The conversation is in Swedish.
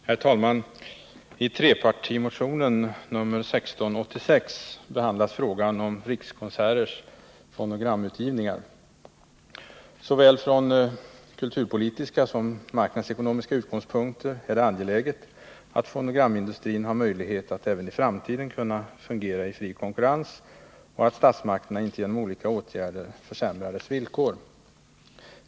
Herr talman! I trepartimotionen nr 1686 behandlas frågan om Rikskonserters fonogramutgivningar. Såväl från kulturpolitiska som marknadsekonomiska utgångspunkter är det angeläget att fonogramindustrin har möjlighet att även i framtiden kunna fungera i fri konkurrens och att statsmakterna inte genom olika åtgärder försämrar dess villkor.